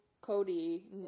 Cody